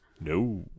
No